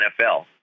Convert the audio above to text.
NFL